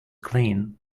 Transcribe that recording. clean